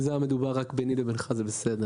אם זה היה רק ביני לבינך זה בסדר,